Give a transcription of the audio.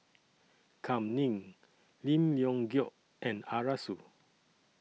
Kam Ning Lim Leong Geok and Arasu